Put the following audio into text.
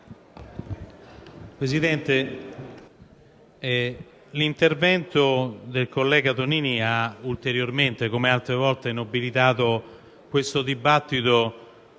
Presidente, l'intervento del collega Tonini ha ulteriormente, come altre volte, nobilitato la discussione